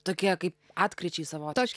tokie kaip atkryčiai savotiški